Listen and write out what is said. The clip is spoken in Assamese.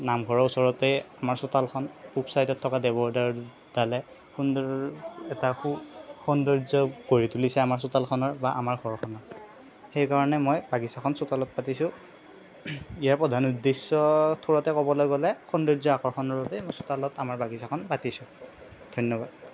নামঘৰৰ ওচৰতে আমাৰ চোতালখন পূৱ চাইডত থকা দেৱদাৰু ডালে সুন্দৰ এটা সু সৌন্দৰ্য্য গঢ়ি তুলিছে আমাৰ চোতালখনৰ বা আমাৰ ঘৰখনৰ সেইকাৰণে মই বাগিছাখন চোতালত পাতিছোঁ ইয়াৰ প্ৰধান উদ্দেশ্য থোৰতে কবলৈ গ'লে সৌন্দৰ্য আকৰ্ষণৰ বাবে মই চোতালত আমাৰ বাগিছাখন পাতিছোঁ ধন্যবাদ